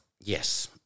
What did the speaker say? Yes